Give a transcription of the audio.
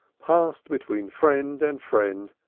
passed between friend and friend,